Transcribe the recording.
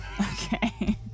Okay